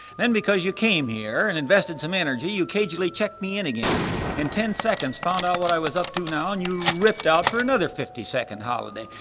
then, because you came here and invested some energy you occasionally checked me in again in ten seconds found out what i was up to now and you ripped out for another fifty-second holiday.